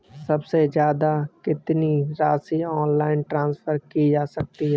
सबसे ज़्यादा कितनी राशि ऑनलाइन ट्रांसफर की जा सकती है?